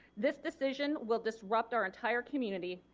this decision will disrupt our entire community,